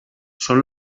són